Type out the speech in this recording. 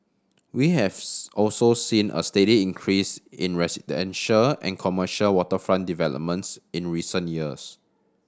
we have also seen a steady increase in residential and commercial waterfront developments in recent years